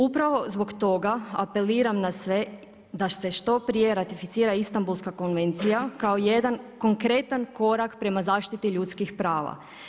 Upravo zbog toga apeliram na sve da se što prije ratificira Istambulska konvencija kao jedan konkretan korak prema zaštiti ljudskih prava.